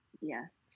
yes